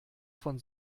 von